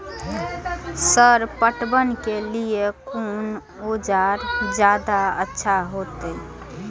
Sir पटवन के लीऐ कोन औजार ज्यादा अच्छा होते?